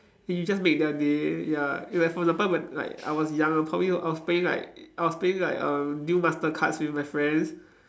and you just make their day ya like for example when like I was young I probably I was playing like I was playing like err duel master cards with my friends